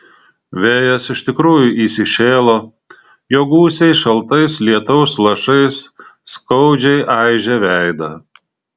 vėjas iš tikrųjų įsišėlo jo gūsiai šaltais lietaus lašais skaudžiai aižė veidą